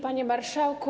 Panie Marszałku!